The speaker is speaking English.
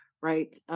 right